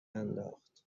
انداخت